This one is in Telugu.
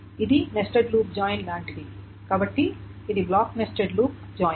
ఇది నెస్టెడ్ లూప్ జాయిన్ లాంటిది కాబట్టి ఇది బ్లాక్ నెస్టెడ్ లూప్ జాయిన్